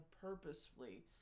purposefully